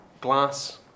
glass